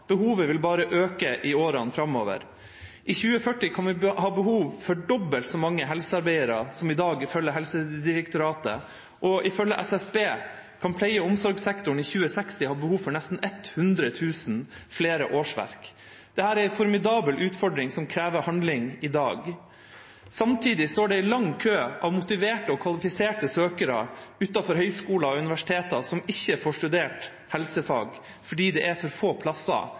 Behovet vil bare øke i årene framover. I 2040 kan vi ha behov for dobbelt så mange helsearbeidere som i dag, ifølge Helsedirektoratet, og ifølge SSB kan pleie- og omsorgssektoren i 2060 ha behov for nesten 100 000 flere årsverk. Dette er en formidabel utfordring som krever handling i dag. Samtidig står det en lang kø av motiverte og kvalifiserte søkere utenfor høyskoler og universiteter som ikke får studert helsefag fordi det er for få plasser